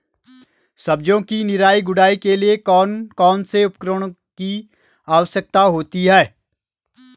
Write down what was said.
सब्जियों की निराई गुड़ाई के लिए कौन कौन से उपकरणों की आवश्यकता होती है?